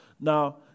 Now